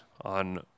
on